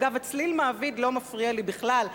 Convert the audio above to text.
אגב, הצליל "מעביד" לא מפריע לי בכלל.